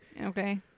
Okay